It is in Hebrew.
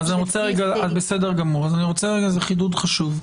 זה חידוד חשוב.